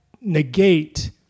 negate